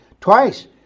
Twice